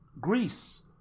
Greece